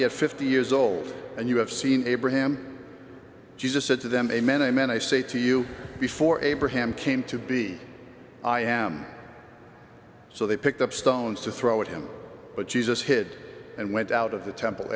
yet fifty years old and you have seen abraham jesus said to them amen amen i say to you before abraham came to be i am so they picked up stones to throw at him but jesus hid and went out of the temple